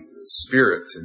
spirit